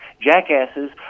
Jackasses